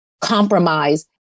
compromise